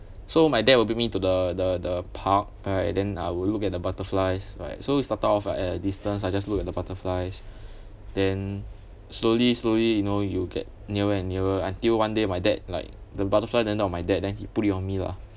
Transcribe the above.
so my dad will be bring me to the the the park right then I will look at the butterflies right so we started off at a distance I just look at the butterflies then slowly slowly you know you'll get nearer and nearer until one day my dad like the butterfly land on my dad then he put it on me lah